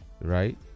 right